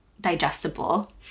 digestible